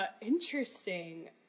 interesting